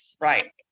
Right